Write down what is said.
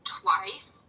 twice